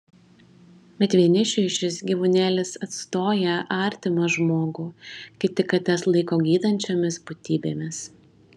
bet vienišiui šis gyvūnėlis atstoja artimą žmogų kiti kates laiko gydančiomis būtybėmis